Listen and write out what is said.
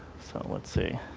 so let's see.